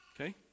Okay